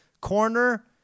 corner